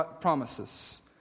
promises